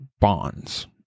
bonds